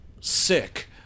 sick